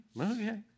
okay